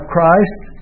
Christ